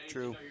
True